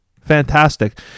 Fantastic